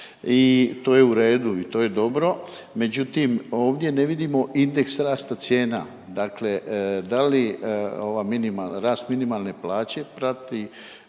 i to je u redu i to je dobro. Međutim, ovdje ne vidimo indeks rasta cijena. Dakle, da li ova minimalna, rast